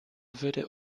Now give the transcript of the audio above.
würde